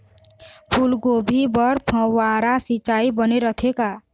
फूलगोभी बर फव्वारा सिचाई बने रथे का?